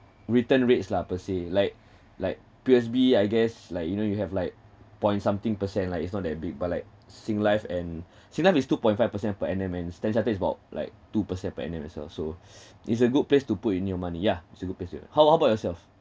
return rates lah per say like like P_S_B I guess like you know you have like point something per cent like it's not that big but like singlife and singlife is two point five per cent per annum and Standard Chartered is about like two per cent per annum as well so it's a good place to put in your money yeah it's a good place to your how how about yourself